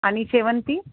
आणि शेवंती